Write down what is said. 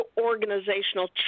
organizational